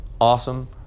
awesome